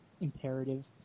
imperative